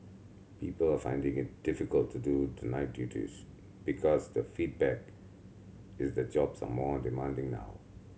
people are finding it difficult to do the night duties because the feedback is that jobs are more demanding now